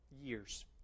years